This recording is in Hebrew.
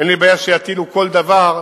אין לי בעיה שיטילו כל דבר,